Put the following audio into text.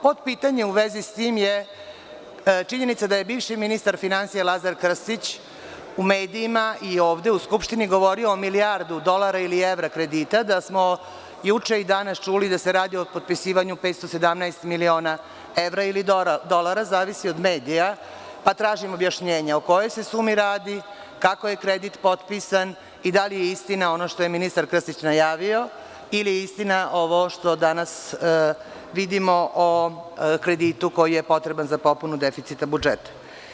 Potpitanje u vezi s tim je činjenica da je bivši ministar finansija Lazar Krstić u medijima i ovde u Skupštini govorio o milijardu dolara ili evra kredita, da smo juče i danas čuli da se radi o potpisivanju 517 miliona evra ili dolara, zavisi od medija, pa tražim objašnjenje o kojoj se sumi radi, kako je kredit potpisan i da li je istina ono što je ministar Krstić najavio, ili je istina ovo što danas vidimo o kreditu koji je potreban za popunu deficita budžeta?